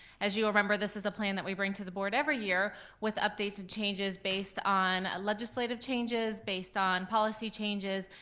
as you remember, this is a plan that we bring to the board every year with updates and changes based on legislative changes, based on policy changes,